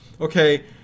Okay